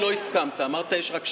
לא הסכמת, אמרת שיש רק שניים.